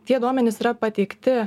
tie duomenys yra pateikti